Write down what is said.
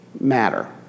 matter